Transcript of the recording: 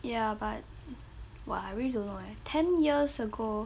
ya but !wah! I really don't know eh ten years ago